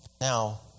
Now